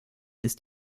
ist